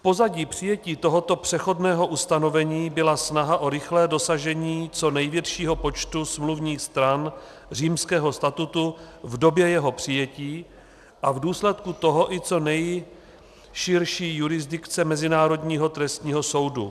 V pozadí přijetí tohoto přechodného ustanovení byla snaha o rychlé dosažení co největšího počtu smluvních stran Římského statutu v době jeho přijetí a v důsledku toho i co nejširší jurisdikce Mezinárodního trestního soudu.